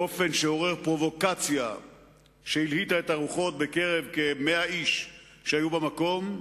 באופן שעורר פרובוקציה שהלהיטה את הרוחות בקרב כ-100 איש שהיו במקום.